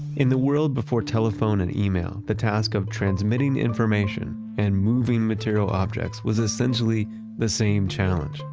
in the world before telephone and email, the task of transmitting information and moving material objects was essentially the same challenge.